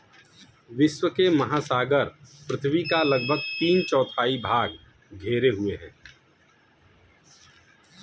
विश्व के महासागर पृथ्वी का लगभग तीन चौथाई भाग घेरे हुए हैं